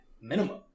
minimum